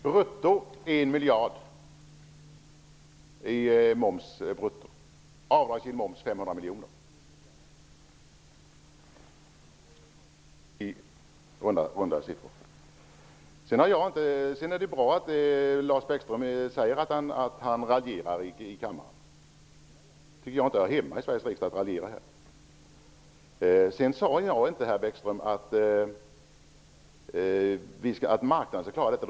Fru talman! Vi får in brutto ca 1 miljard i moms, och den avdragsgilla momsen uppgår till i runt tal Det är bra att Lars Bäckström medger att han raljerar här i kammaren. Jag tycker dock inte att man skall raljera här i Sveriges riksdag. Jag sade inte, herr Bäckström, att marknaden skall klara detta.